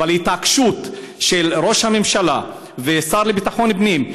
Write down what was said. התעקשות של ראש הממשלה והשר לביטחון פנים,